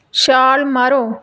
ਛਾਲ ਮਾਰੋ